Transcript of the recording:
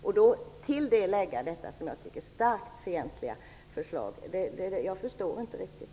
Att till detta lägga det, som jag tycker, starkt fientliga förslaget förstår jag inte riktigt.